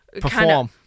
perform